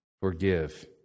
forgive